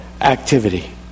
activity